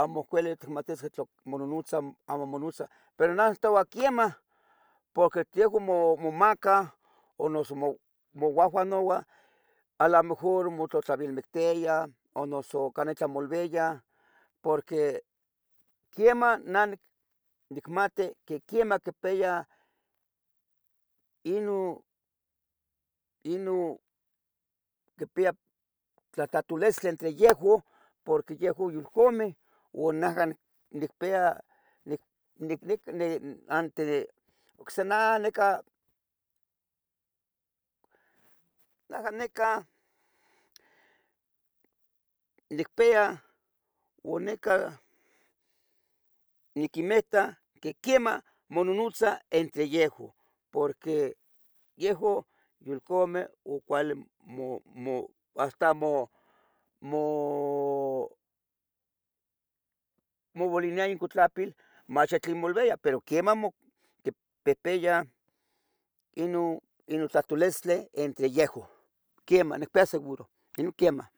amo cuali itmatisqueh tla mononotzah, amo mononotzah, pero nah intoua quiemah porque yehuan momacah o noso mouahuanouah alamejor motlauiuiltiah o noso canah itlah molviah porque quiemah nah nicmati quemah quipeyah inon, quipeyah tlatlahtolistli entre yejuan porque yolcamih naja nican, nicpeya uo nicon niquemeta quemah mononotzah entre yehjun porque yehuan yolcameh cuale, hasta mooliniya incuitlapil mach ya tlen molvia, pero quemah quipeyah inon tlahtulistli entre yehun quemah nicpeya seguro quemah, quemah.